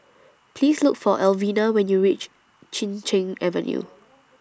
Please Look For Alvina when YOU REACH Chin Cheng Avenue